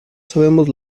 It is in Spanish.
sabemos